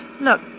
Look